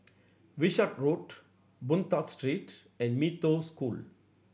Wishart Road Boon Tat Street and Mee Toh School